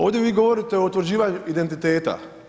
Ovdje vi govorite o utvrđivanju identiteta.